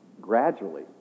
gradually